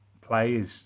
players